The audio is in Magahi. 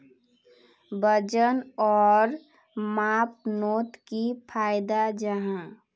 वजन आर मापनोत की फायदा जाहा?